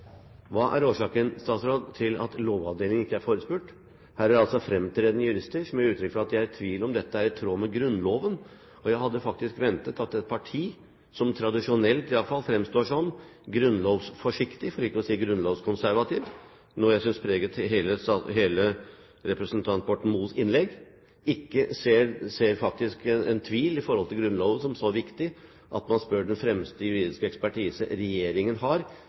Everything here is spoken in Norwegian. Hva er årsaken, statsråd, til at Lovavdelingen ikke er forespurt? Her er altså fremtredende jurister som gir uttrykk for at de er i tvil om dette er i tråd med Grunnloven. Jeg hadde faktisk ventet at et parti som tradisjonelt i hvert fall fremstår som grunnlovsforsiktig, for ikke å si grunnlovskonservativ – noe jeg synes preget hele representanten Borten Moes innlegg – hadde sett en tvil i forhold til Grunnloven som så viktig at man hadde spurt den fremste juridiske ekspertise regjeringen har